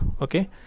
Okay